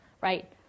right